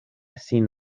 sin